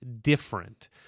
different